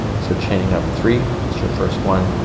so chaining up three, it's your first one.